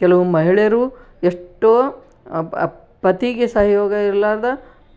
ಕೆಲವು ಮಹಿಳೆಯರೂ ಎಷ್ಟೋ ಪತಿಗೆ ಸಹಯೋಗ ಇರಲಾರ್ದ